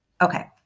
Okay